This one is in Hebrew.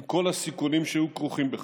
עם כל הסיכונים שהיו כרוכים בכך,